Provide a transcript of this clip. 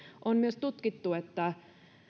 on myös tutkittu että